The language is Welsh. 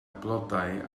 blodau